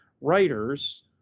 writers